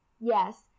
yes